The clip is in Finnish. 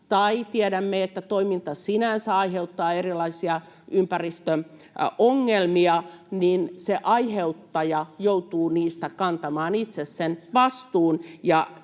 tai tiedämme, että toiminta sinänsä aiheuttaa erilaisia ympäristöongelmia, se aiheuttaja joutuu niistä kantamaan itse sen vastuun.